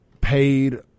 paid